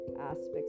aspects